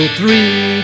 three